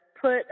put